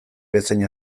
bezain